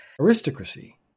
aristocracy